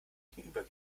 gegenüber